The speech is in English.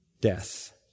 death